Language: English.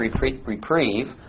reprieve